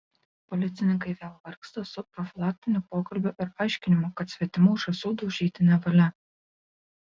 policininkai vėl vargsta su profilaktiniu pokalbiu ir aiškinimu kad svetimų žąsų daužyti nevalia